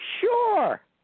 sure